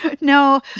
No